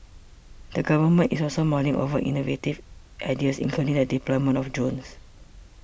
the Government is also mulling other innovative ideas including the deployment of drones